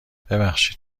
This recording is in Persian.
ببخشید